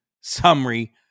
summary